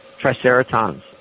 Triceratons